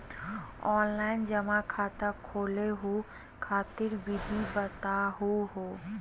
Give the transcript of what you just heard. Online जमा खाता खोलहु खातिर विधि बताहु हो?